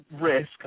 risk